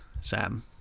Sam